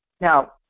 Now